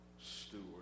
steward